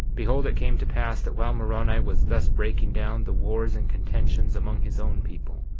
behold, it came to pass that while moroni was thus breaking down the wars and contentions among his own people,